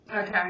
Okay